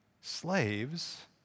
slaves